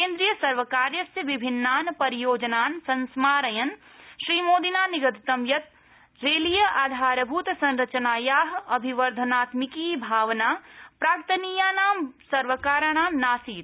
केन्द्रियसर्वकारस्य विभिन्नान् परियोजनान् संस्मारयन् श्रीमोदिना निगदितं यत् रेलीय आधारभूतसंरचनाया अभिवर्धनात्मिकी भावना प्राक्तनीयानां सर्वकाराणां नासीत्